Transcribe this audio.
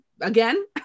again